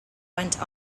went